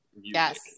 Yes